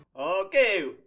Okay